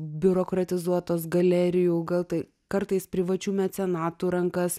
biurokratizuotos galerijų gal tai kartais privačių mecenatų rankas